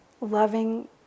loving